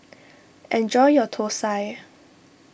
enjoy your Thosai